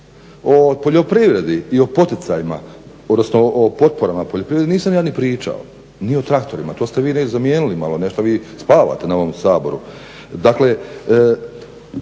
O poljoprivredi i o poticajima, odnosno potporama poljoprivredi nisam ja ni pričao, ni o traktorima, to ste vi zamijenili malo, nešto vi spavate na ovom Saboru.